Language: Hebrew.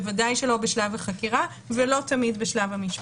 בוודאי שלא בשלב החקירה ולא תמיד בשלב המשפט.